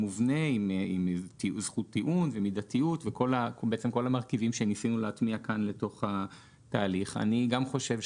וניסינו קצת להתאים את ההליך כאן להליך שנקבע ב-2016 באותו חוק.